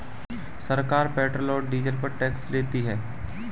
सरकार पेट्रोल और डीजल पर टैक्स लेती है